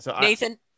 Nathan